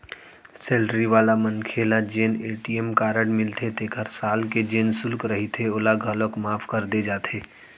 salary वाला मनखे ल जेन ए.टी.एम कारड मिलथे तेखर साल के जेन सुल्क रहिथे ओला घलौक माफ कर दे जाथे